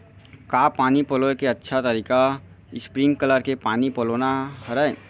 का पानी पलोय के अच्छा तरीका स्प्रिंगकलर से पानी पलोना हरय?